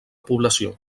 població